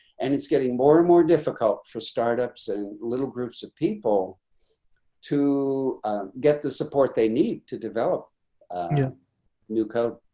and it's getting more and more difficult for startups and little groups of people to get the support they need to develop unknown new code.